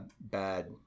bad